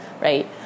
right